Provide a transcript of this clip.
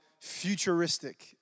Futuristic